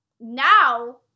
now